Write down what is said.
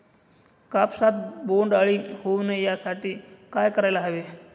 कापसात बोंडअळी होऊ नये यासाठी काय करायला हवे?